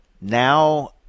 now